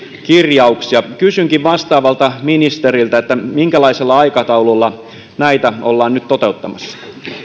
kirjauksia kysynkin vastaavalta ministeriltä minkälaisella aikataululla näitä ollaan nyt toteuttamassa